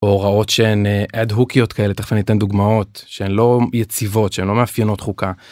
הוראות שהן עד הוקיות כאלה תכף אני אתן דוגמאות שלא יציבות שלא מאפיינות חוקה.